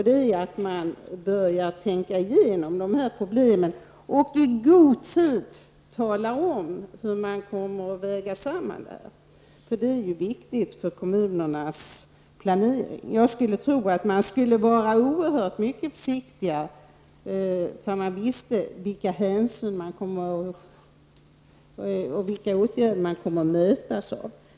Det är att man börjar tänka igenom dessa problem och i god tid talar om hur man kommer att väga samman detta. Det är viktigt för kommunernas planering. Jag skulle tro att kommunerna skulle vara oerhört mycket försiktigare om de visste vilka åtgärder de skulle komma att mötas av.